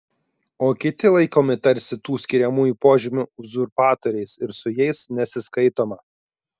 o kiti laikomi tarsi tų skiriamųjų požymių uzurpatoriais ir su jais nesiskaitoma